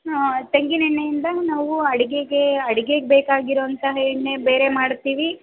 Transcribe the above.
ತೆಂಗಿನೆಣ್ಣೆಯಿಂದ ನಾವು ಅಡಿಗೆಗೆ ಅಡಿಗೆಗೆ ಬೇಕಾಗಿರೋವಂತಹ ಎಣ್ಣೆ ಬೇರೆ ಮಾಡ್ತೀವಿ